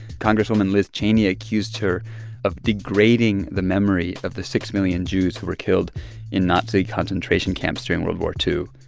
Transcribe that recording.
congresswoman liz cheney accused her of degrading the memory of the six million jews who were killed in nazi concentration camps during world war ii.